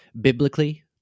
biblically